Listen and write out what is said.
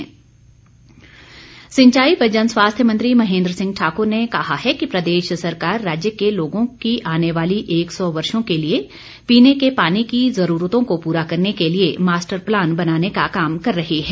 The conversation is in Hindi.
महेन्द्र सिंह सिंचाई व जनस्वास्थ्य मंत्री महेन्द्र सिंह ठाकुर ने कहा है कि प्रदेश सरकार राज्य के लोगों की आने वाले एक सौ वर्षों के लिए पीने के पानी की जरूरतों को पूरा करने के लिए मास्टर प्लान बनाने का काम कर रही है